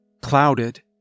clouded